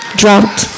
drought